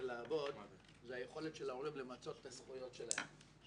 לעבוד זו היכולת של ההורים למצות את הזכויות שלהם.